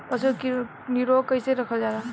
पशु के निरोग कईसे रखल जाला?